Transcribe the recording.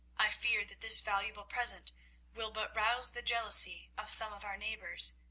i fear that this valuable present will but rouse the jealousy of some of our neighbours,